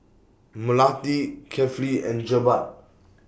Melati Kefli and Jebat